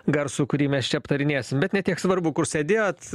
garsų kurį mes čia aptarinėsim bet ne tiek svarbu kur sėdėjot